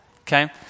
Okay